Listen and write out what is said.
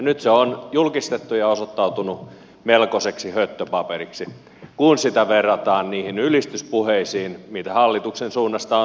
nyt se on julkistettu ja osoittanut melkoiseksi höttöpaperiksi kun sitä verrataan niihin ylistyspuheisiin mitä hallituksen suunnasta on tullut